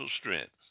strength